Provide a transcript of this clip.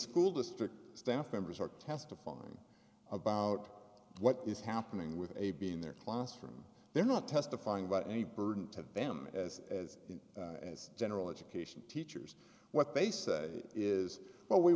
school district staff members are testifying about what is happening with a b in their classroom they're not testifying about any burden to them as as as general education teachers what they say is